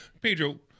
pedro